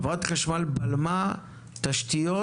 חברת החשמל בלמה תשתיות,